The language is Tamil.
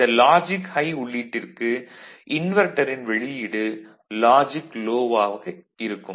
இந்த லாஜிக் ஹை உள்ளீட்டிற்கு இன்வெர்ட்டரின் வெளியீடு லாஜிக் லோ வாக இருக்கும்